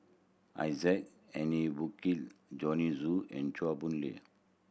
Isaac Henry Burkill Joanne Soo and Chua Boon Lay